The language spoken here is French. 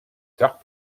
tard